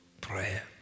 prayer